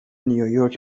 نیویورک